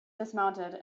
dismounted